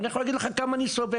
ואני יכול להגיד לך כמה אני סובל.